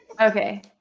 Okay